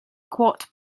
quart